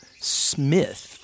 Smith